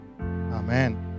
Amen